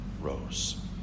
rose